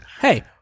Hey